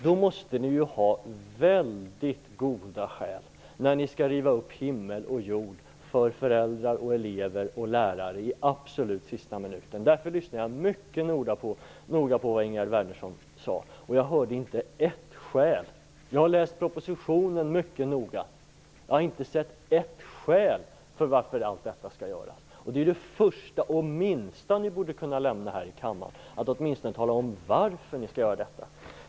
Ni måste ha väldigt goda skäl när ni nu skall riva upp himmel och jord för föräldrar, elever och lärare i absolut sista minuten. Därför lyssnade jag mycket noga på vad Ingegerd Wärnersson sade. Jag hörde inte ett enda skäl. Jag har läst propositionen mycket noga. Jag har inte sett ett enda skäl till varför allt detta skall göras. Det är det första och minsta som ni borde kunna lämna här i kammaren. Ni borde åtminstone kunna tala om varför ni skall göra detta.